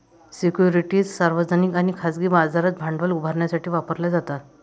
securities सार्वजनिक आणि खाजगी बाजारात भांडवल उभारण्यासाठी वापरल्या जातात